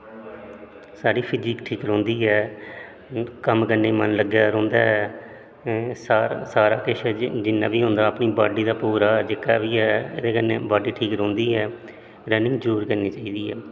साढ़ी फजीक ठीक रौंहदी ऐ कम्म करने गी मन लग्गेआ रौंहदा ऐ सारा सारा किश जिन्ना बी होंदा अपनी बाॅडी दा पूरा जेह्का बी ऐ एह्दे कन्नै बाॅडी ठीक रौंह्दी ऐ रनिंग जरूर करनी चाहिदा ऐ